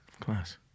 Class